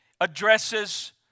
addresses